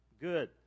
Good